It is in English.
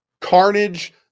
carnage